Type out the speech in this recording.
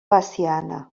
veciana